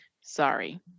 Sorry